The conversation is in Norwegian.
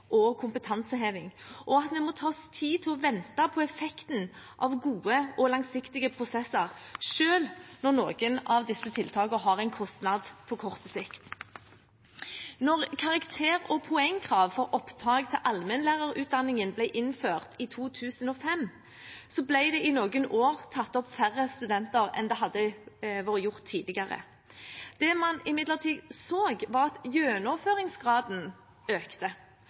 og kompetanseheving, og at vi må ta oss tid til å vente på effekten av gode og langsiktige prosesser, selv når noen av disse tiltakene har en kostnad på kort sikt. Da karakter- og poengkrav for opptak til allmennlærerutdanningen ble innført i 2005, ble det i noen år tatt opp færre studenter enn det hadde vært gjort tidligere. Det man imidlertid så, var at gjennomføringsgraden økte,